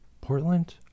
Portland